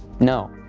no.